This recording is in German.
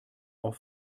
auf